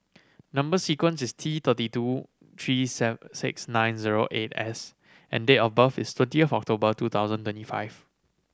number sequence is T thirty two three seven six nine zero eight S and date of birth is twentieth October two thousand twenty five